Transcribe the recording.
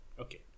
Okay